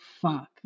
fuck